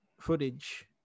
footage